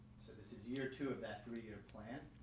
so this is year two of that three year plan.